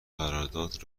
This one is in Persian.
قرارداد